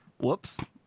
whoops